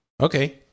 Okay